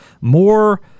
more